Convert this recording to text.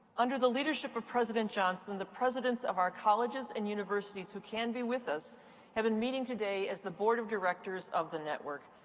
under the leadership of president johnson, the presidents of our colleges and universities who can be with us have been meeting today as the board of directors of the network.